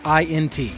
INT